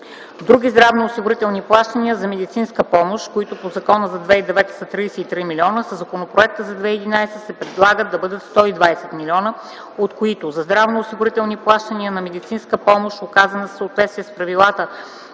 Други здравноосигурителни плащания за медицинска помощ, които по закона за 2010 г. са 33 млн. лв., със законопроекта за 2011 г. се предлагат да бъдат 120 млн. лв., от които за здравноосигурителни плащания за медицинска помощ, оказана в съответствие с правилата